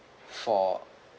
for